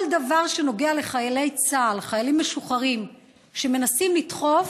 כל דבר שנוגע לחיילי צה"ל וחיילים משוחררים שמנסים לדחוף,